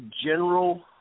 general